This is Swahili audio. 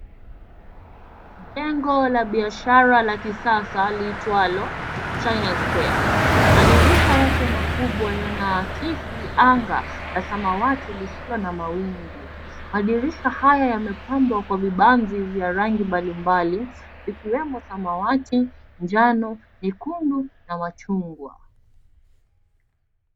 Jengo la biashara la kisasa liitwalo, China Square. Madirisha yake makubwa yanaakisi anga la samawati lisilo na mawingu. Madirisha haya yamepambwa kwa vibanzi vya rangi mbali mbali, zikiwemo, samawati, njano, nyekundu, na machungwa.